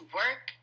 work